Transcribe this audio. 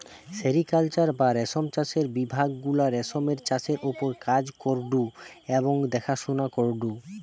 sericulture বা রেশম চাষের বিভাগ গুলা রেশমের চাষের ওপর কাজ করঢু এবং দেখাশোনা করঢু